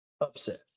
upset